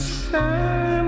sun